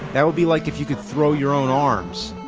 that would be like if you could throw your own arms.